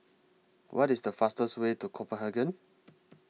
What IS The fastest Way to Copenhagen